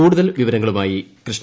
കൂടുതൽ വിവരങ്ങളുമായി കൃഷ്ണ